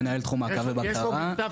מנהל תחום מעקב ובקרה --- יש פה מכתב